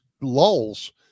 lulls